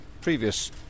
previous